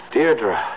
Deirdre